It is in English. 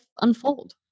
unfold